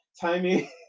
Timing